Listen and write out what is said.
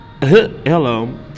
Hello